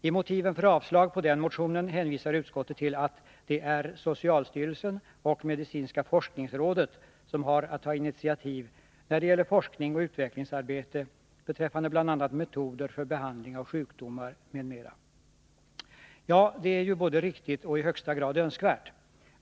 I motiven för avslag på den motionen hänvisar utskottet till att det är socialstyrelsen och medicinska forskningsrådet som har att ta initiativ när det gäller forskning och utvecklingsarbete beträffande bl.a. metoder för behandling av sjukdomar. Ja, det är ju både riktigt och i högsta grad önskvärt.